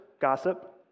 gossip